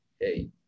hey